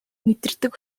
мэдэрдэг